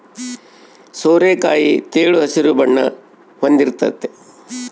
ಸೋರೆಕಾಯಿ ತೆಳು ಹಸಿರು ಬಣ್ಣ ಹೊಂದಿರ್ತತೆ